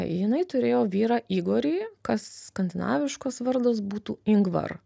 jinai turėjo vyrą igorį kas skandinaviškas vardas būtų ingvar